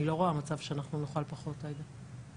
אני לא רואה מצב שאנחנו נוכל פחות, עאידה.